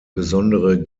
besondere